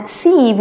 see